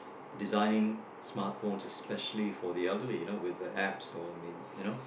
designing smart phones especially for the elderly you know with the apps or maybe you know